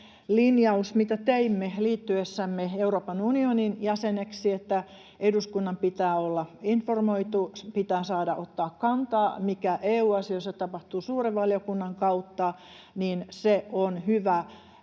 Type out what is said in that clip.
linjaus, minkä teimme liittyessämme Euroopan unionin jäseneksi — että eduskunnan pitää olla informoitu ja että pitää saada ottaa kantaa, mitä EU-asioissa tapahtuu, suuren valiokunnan kautta — on hyvä